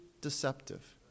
deceptive